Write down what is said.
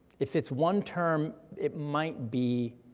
if it's one term, it might be